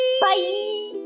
Bye